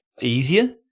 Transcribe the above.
easier